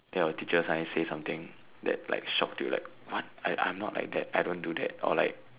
then your teacher suddenly said something that shocked you like what I'm not like that I didn't do that like